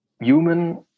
human